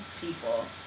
people